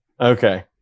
Okay